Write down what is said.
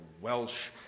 Welsh